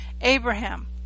Abraham